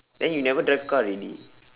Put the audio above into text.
then you never drive car already